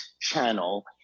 channel